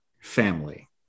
family